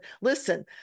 listen